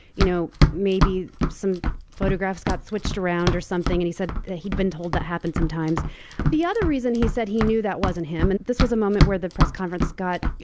you know, maybe some photographs got switched around or something. and he said that he'd been told that happened sometimes the other reason he said he knew that wasn't him and this was a moment where the press conference got,